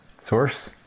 source